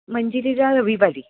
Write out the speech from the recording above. मंजिरीला रविवारी